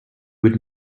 would